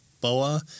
Boa